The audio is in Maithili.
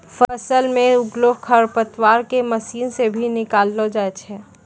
फसल मे उगलो खरपतवार के मशीन से भी निकालो जाय छै